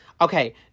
Okay